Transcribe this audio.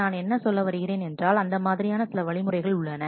நான் என்ன சொல்ல வருகிறேன் என்றால் அந்த மாதிரியான சில வழிமுறைகள் உள்ளன